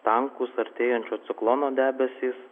tankūs artėjančio ciklono debesys